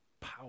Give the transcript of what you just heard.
power